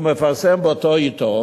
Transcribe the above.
הוא מפרסם באותו עיתון,